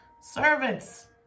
servants